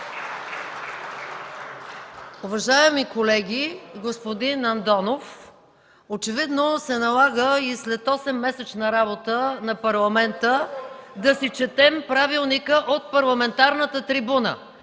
Уважаеми колеги, господин Андонов! Очевидно се налага и след 8-месечна работа на Парламента да си четем правилника от парламентарната трибуна.